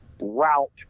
route